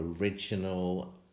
original